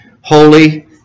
holy